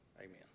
Amen